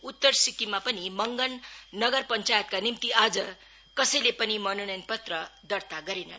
उत्तर सिक्किमा पनि आज मंगन नगर पंचायतका निम्ति कसैले पनि मनोनयन पत्र दर्ता गरेनन्